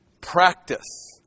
practice